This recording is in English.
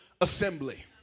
assembly